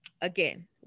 again